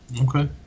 Okay